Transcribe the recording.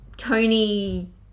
Tony